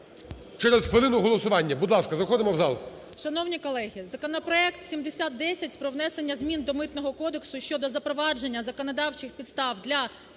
через хвилину голосування. Будь ласка, заходимо в зал.